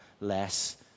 less